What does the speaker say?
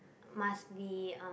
must be um